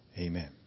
Amen